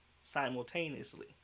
simultaneously